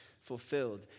fulfilled